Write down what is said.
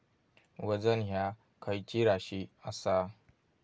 वजन ह्या खैची राशी असा?